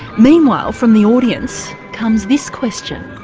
meanwhile from the audience comes this question.